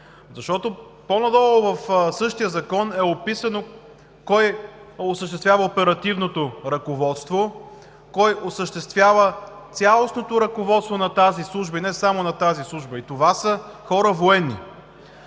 Защото по-надолу в същия закон е описано кой осъществява оперативното ръководство, кой осъществява цялостното ръководство на тази служба – и не само на нея, и това са военни